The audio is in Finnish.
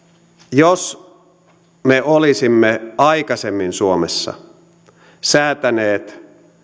jos me olisimme aikaisemmin suomessa säätäneet